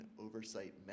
Oversight